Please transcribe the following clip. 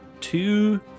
two